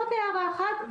זאת הערה אחת.